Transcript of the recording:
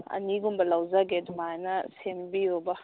ꯑꯅꯤꯒꯨꯝꯕ ꯂꯧꯖꯒꯦ ꯑꯗꯨꯃꯥꯏꯅ ꯁꯦꯝꯕꯤꯌꯨꯕ